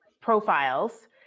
profiles